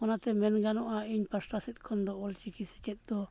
ᱚᱱᱟᱛᱮ ᱢᱮᱱ ᱜᱟᱱᱚᱜᱼᱟ ᱤᱧ ᱯᱟᱥᱴᱟ ᱥᱮᱫ ᱠᱷᱚᱱ ᱫᱚ ᱚᱞᱪᱤᱠᱤ ᱥᱮᱪᱮᱫ ᱫᱚ